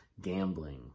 gambling